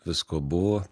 visko buvo